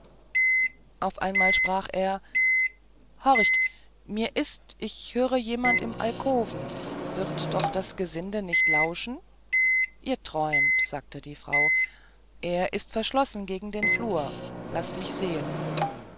auf einmal sprach er horcht mir ist ich höre jemand im alkoven wird doch das gesinde nicht lauschen ihr träumt sagte die frau er ist verschlossen gegen den flur laßt mich sehen